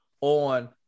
on